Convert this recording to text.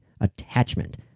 attachment